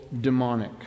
demonic